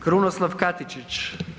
Krunoslav Katičić.